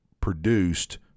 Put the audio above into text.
produced